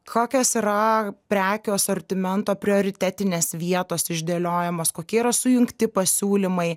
kokios yra prekių asortimento prioritetinės vietos išdėliojamos kokie yra sujungti pasiūlymai